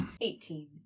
Eighteen